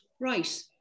right